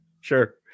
sure